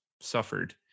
suffered